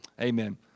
amen